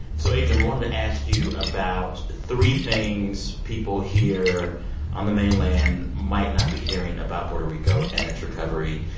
so adrian, we wanted to ask you about three things people here on the mainland might not be hearing about puerto rico and its recovery.